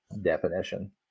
definition